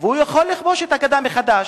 הוא יכול לכבוש את הגדה מחדש.